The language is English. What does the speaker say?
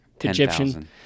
Egyptian